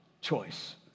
choice